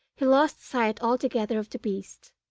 he lost sight altogether of the beast.